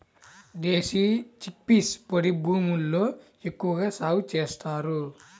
దేశీ chickpeas పొడి భూముల్లో ఎక్కువగా సాగు చేస్తారు